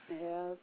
Yes